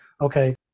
okay